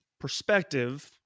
perspective